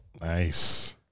Nice